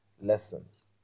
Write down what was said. lessons